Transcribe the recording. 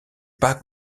pas